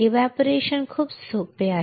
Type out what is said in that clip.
evaporation खूप सोपे आहे